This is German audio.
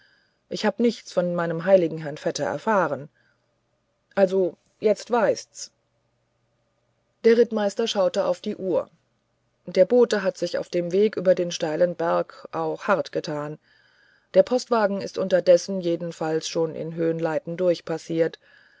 ich hab nichts von meinem heiligen herrn vetter erfahren also jetzt weißt's der rittmeister schaute auf die uhr der bote hat sich auf dem weg über die steilen berge auch hart getan der postwagen ist unterdessen jedenfalls schon in